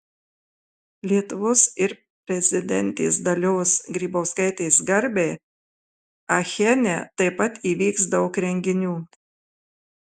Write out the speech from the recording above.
lietuvos ir prezidentės dalios grybauskaitės garbei achene taip pat įvyks daug renginių